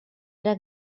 era